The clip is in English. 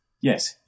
Yes